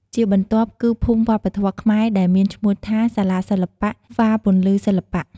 ជាបន្ទាប់គឺភូមិវប្បធម៌ខ្មែរដែលមានឈ្មោះថា សាលាសិល្បៈហ្វារពន្លឺសិល្បៈ។